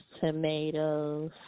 tomatoes